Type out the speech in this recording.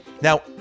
Now